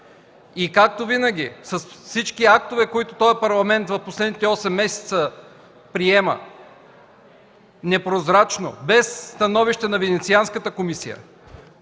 И както винаги с всички актове, които този Парламент в последните осем месеца приема – непрозрачно, без становище на Венецианската комисия,